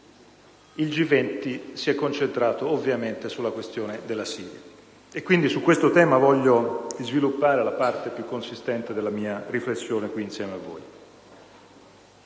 il G20 si è concentrato ovviamente sulla questione della Siria. Su questo tema voglio sviluppare la parte più consistente della mia riflessione insieme a voi.